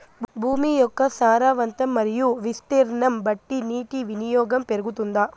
భూమి యొక్క సారవంతం మరియు విస్తీర్ణం బట్టి నీటి వినియోగం పెరుగుతుందా?